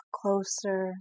closer